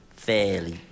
fairly